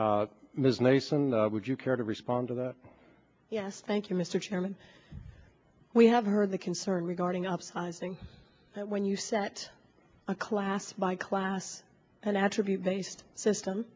mason would you care to respond to that yes thank you mr chairman we have heard the concern regarding upsizing that when you set a class by class an attribute based system